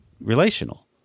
relational